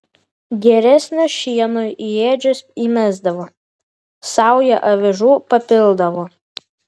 geresnio šieno į ėdžias įmesdavo saują avižų papildavo